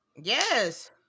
Yes